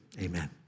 amen